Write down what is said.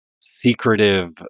secretive